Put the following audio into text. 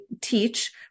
teach